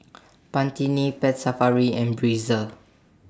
Pantene Pet Safari and Breezer